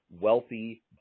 wealthy